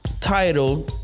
Title